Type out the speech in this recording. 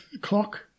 clock